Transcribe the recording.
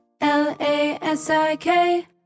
L-A-S-I-K